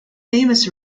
famous